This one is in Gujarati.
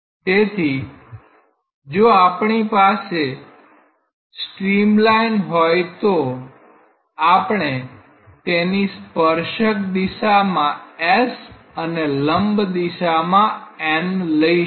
તેથી જો આપણી પાસે સ્ટ્રીમલાઇન હોય તો આપણે તેની સ્પર્શક દિશામાં s અને લંબ દિશામાં n લઈશું